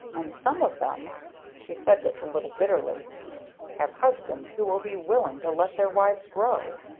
and some of them she said this a little bitterly have husbands who will be willing to let their wives grow.